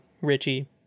Richie